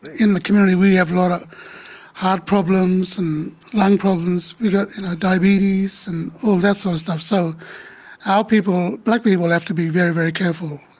in the community. we have a lot of heart problems and lung problems. you get diabetes and all that sort of stuff. so our people, black people have to be very, very careful.